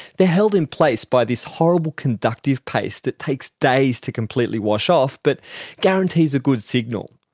they're held in place by this horrible conductive paste that takes days to completely wash off, but guarantees a good signal,